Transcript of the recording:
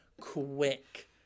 quick